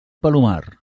palomar